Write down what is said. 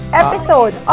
episode